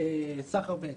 סחר בהיתרים.